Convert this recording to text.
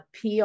PR